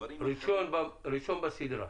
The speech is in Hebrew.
ראשון בסדרה.